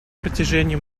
протяжении